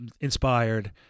inspired